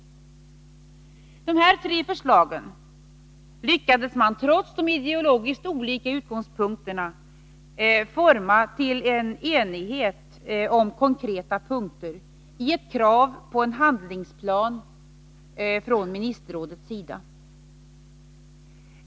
Utifrån dessa tre förslag lyckades man, trots ideologiskt olika utgångspunkter, ena sig kring konkreta punkter i ett krav på en handlingsplan från ministerrådets sida.